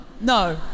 no